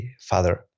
father